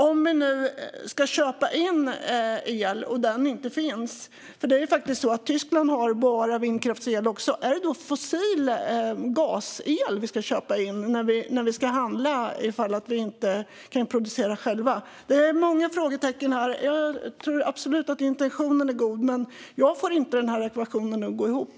Om vi nu ska köpa in el och den inte finns, för det är ju faktiskt så att Tyskland bara har vindkraftsel, är det då fossilel vi ska köpa in om vi inte kan producera själva? Det är många frågetecken. Jag tror absolut att intentionen är god, men jag får verkligen inte ekvationen att gå ihop.